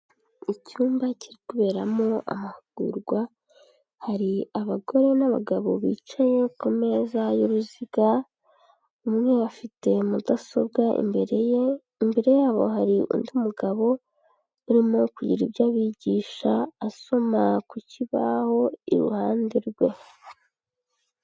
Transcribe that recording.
Icyumba kiri kuberamo amahugurwa, hari abagore n'abagabo bicaye ku meza y'uruziga, umwe afite mudasobwa imbere ye, imbere yabo hari undi mugabo urimo kugira ibyo abigisha asoma ku kibaho iruhande rwe.